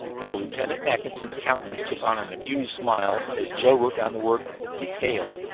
while lieutenant mackinson's countenance took on an amused smile, as joe wrote down the word detail,